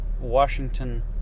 Washington